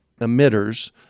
emitters